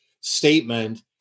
statement